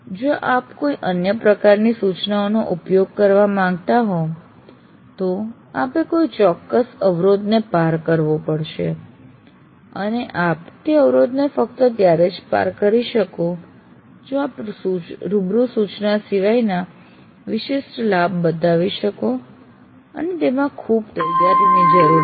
જો આપ કોઈ અન્ય પ્રકારની સૂચનાઓનો ઉપયોગ કરવા માંગતા હો તો આપે કોઈ ચોક્કસ અવરોધને પાર કરવો પડશે અને આપ તે અવરોધને ફક્ત ત્યારે જ પાર કરી શકો કે જો આપ રૂબરૂ સૂચના સિવાયના વિશિષ્ટ લાભ બતાવી શકો અને તેમાં ખુબ તૈયારીની જરૂર પડે